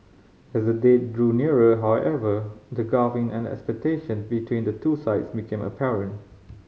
as the date drew nearer however the gulf in an expectation between the two sides became apparent